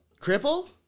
Cripple